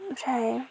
ओमफ्राय